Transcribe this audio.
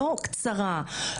לא קצרה,